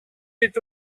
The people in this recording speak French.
est